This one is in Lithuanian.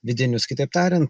vidinius kitaip tariant